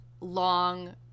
long